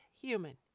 human